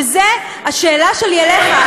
וזו השאלה שלי אליך.